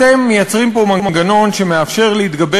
אתם מייצרים פה מנגנון שמאפשר להתגבר